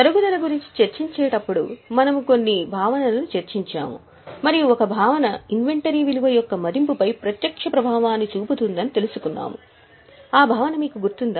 తరుగుదల గురించి చర్చించేటప్పుడు మనము కొన్ని భావనలను చర్చించాము మరియు ఒక భావన ఇన్వెంటరీ విలువ యొక్క మదింపుపై ప్రత్యక్ష ప్రభావాన్ని చూపుతుందని తెలుసుకున్నాము ఆ భావన మీకు గుర్తుందా